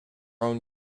own